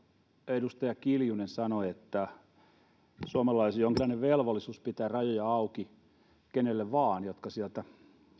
edustaja kiljunen sanoi että suomalaisilla on jonkinlainen velvollisuus pitää rajoja auki keille vaan jotka sieltä